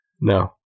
No